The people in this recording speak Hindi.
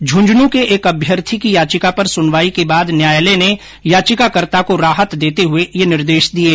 झंझनूं के एक अभ्यर्थी की याचिका पर सुनवाई के बाद न्यायालय ने याचिकाकर्ता को राहत देते हुए ये निर्देश दिये